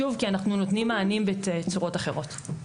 שוב, כי אנחנו נותנים מענים בצורות אחרות.